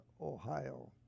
Ohio